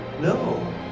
no